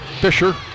Fisher